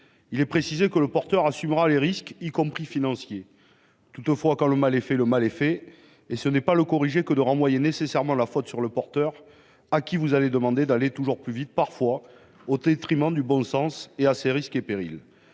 4 précise que le porteur assumera les risques, y compris financiers. Toutefois, quand le mal sera fait, on ne pourra pas le corriger en renvoyant nécessairement la faute sur le porteur de projet, à qui vous allez demander d'aller toujours plus vite, parfois au détriment du bon sens et à ses risques et périls.